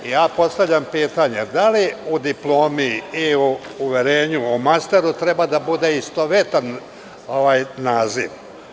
Postavljam pitanje – da li u diplomi i u uverenju o masteru treba da bude istovetan naziv?